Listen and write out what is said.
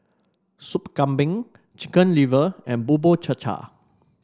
Sup Kambing Chicken Liver and Bubur Cha Cha